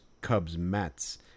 Cubs-Mets